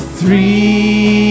three